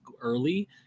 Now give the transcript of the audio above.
early